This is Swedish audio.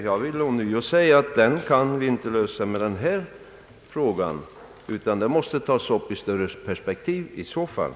Jag vill ånyo säga att vi inte kan klara av denna fråga nu utan att den måste tas upp i ett större perspektiv i så fall.